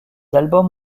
albums